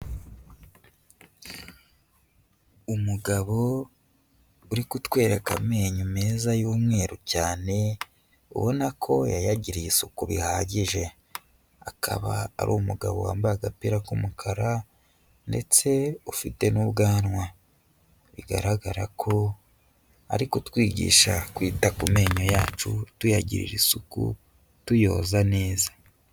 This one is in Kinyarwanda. Umugabo uri kutwereka amenyo meza y'umweru cyane, ubona ko yayagiriye isuku bihagije. Akaba ari umugabo wambaye agapira k'umukara ndetse ufite n'ubwanwa. Bigaragara ko ari kutwigisha kwita ku menyo yacu tuyagirira isuku, tuyoza neza.